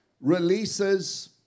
releases